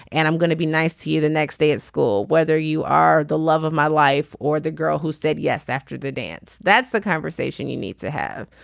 and i'm gonna be nice to you the next day at school whether you are the love of my life or the girl who said yes after the dance. that's the conversation you need to have.